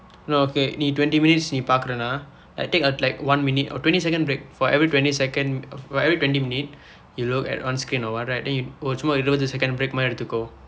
no okay நீ:nii twenty minutes நீ பார்க்கிறீனா:nii paarkiriinaa take like one minute or twenty second break for every twenty second of what twenty minute you look at on screen or what right then you ஒரு சும்மா ஒரு இருவது:oru summaa oru iruvathu second break மாதிரி எடுத்துக்கொள்:maathiri eduththukol